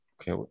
Okay